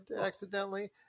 accidentally